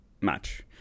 match